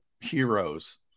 heroes